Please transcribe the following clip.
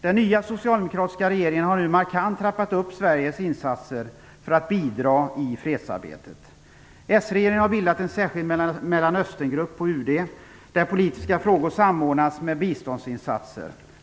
Den nya socialdemokratiska regeringen har nu markant trappat upp Sveriges insatser för att bidra i fredsarbetet. S-regeringen har bildat en särskild Mellanösterngrupp på UD, där politiska frågor samordnas med biståndsinsatser.